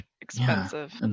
expensive